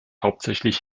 hauptsächlich